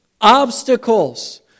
obstacles